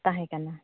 ᱛᱟᱦᱮᱸ ᱠᱟᱱᱟ